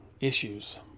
issues